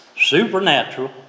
supernatural